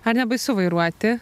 ar nebaisu vairuoti